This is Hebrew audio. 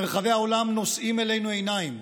מרחבי העולם נושאים אלינו עיניים,